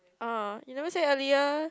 ah you never say earlier